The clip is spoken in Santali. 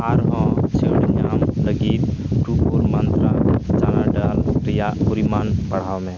ᱟᱨᱦᱚᱸ ᱪᱷᱟᱹᱲ ᱧᱟᱢ ᱞᱟᱜᱤᱫ ᱴᱩ ᱯᱷᱳᱨ ᱢᱟᱱᱛᱨᱟ ᱪᱟᱱᱟ ᱰᱟᱞ ᱨᱮᱭᱟᱜ ᱯᱚᱨᱤᱢᱟᱱ ᱵᱟᱲᱦᱟᱣᱢᱮ